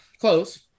close